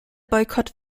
boykott